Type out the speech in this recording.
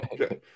okay